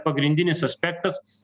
pagrindinis aspektas